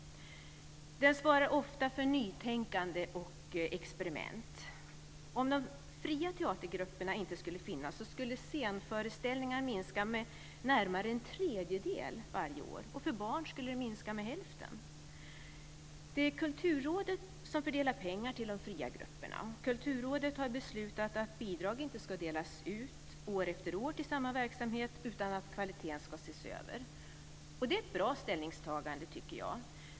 De svarar ofta för nytänkande och experiment. Om de fria teatergrupperna inte hade funnits hade antalet scenföreställningar minskat med närmare en tredjedel varje år, och för barn skulle de minska med hälften. Det är Kulturrådet som fördelar pengar till de fria grupperna. Kulturrådet har beslutat att bidrag inte ska delas ut år efter år till samma verksamhet utan att kvaliteten ses över. Det är ett bra ställningstagande, tycker jag.